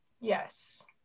yes